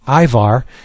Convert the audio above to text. Ivar